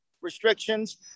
restrictions